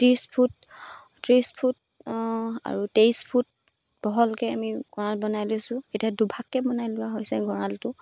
ত্ৰিছ ফুট ত্ৰিছ ফুট আৰু তেইছ ফুট বহলকৈ আমি গঁৰাল বনাই লৈছোঁ এতিয়া দুভাগকৈ বনাই লোৱা হৈছে গঁৰালটো